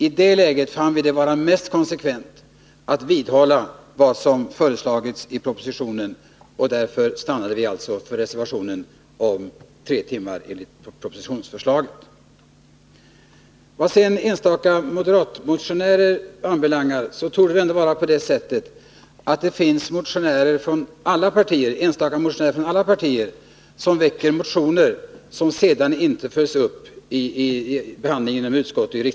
I det läget fann vi det mest konsekvent att vidhålla vad som föreslagits i propositionen, och därför stannade vi för reservationen om tre timmar enligt propositionsförslaget. Vad sedan enstaka moderatmotionärer anbelangar torde det vara så, att det finns ledamöter från alla partier som väcker motioner som sedan inte följs upp i utskottet.